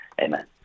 Amen